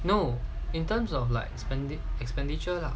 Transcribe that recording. no in terms of like the expenditure lah